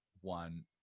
one